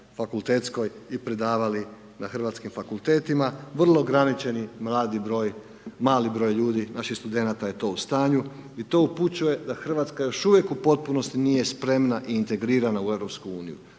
fakultetskoj i predavali na hrvatskim fakultetima, vrlo ograničeni mali broj ljudi naših studenata je to u stanju i to upućuje da Hrvatska još uvijek u potpunosti nije spremna i integrirana u EU,